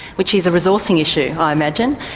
which is a resourcing issue, i imagine?